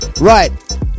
right